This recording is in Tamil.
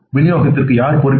விநியோகத்திற்கு யார் பொறுப்பு